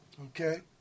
Okay